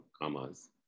kamas